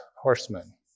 horsemen